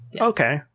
okay